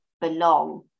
belong